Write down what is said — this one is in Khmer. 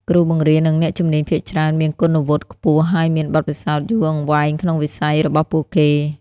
គ្រូបង្រៀននិងអ្នកជំនាញភាគច្រើនមានគុណវុឌ្ឍិខ្ពស់ ហើយមានបទពិសោធន៍យូរអង្វែងក្នុងវិស័យរបស់ពួកគេ។